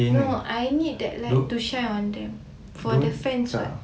no I need that light ot shine on them for the fans [what]